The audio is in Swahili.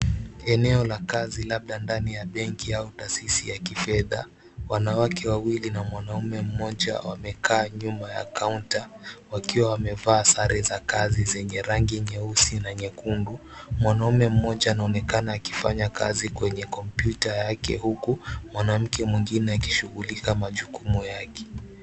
Eneo la kazi labda benki au taasisi ya kifedha. Wanawake wawili na mwanaume mmoja wamekaa nyuma ya kaunta, wakiwa wamevaa sare za kazi zenye rangi nyeusi na nyekundu. Mwanaume mmoja anaonekana akifanya kazi kwenye kompyuta yake huku mwanamke mwingine akishughulika majukumu yake.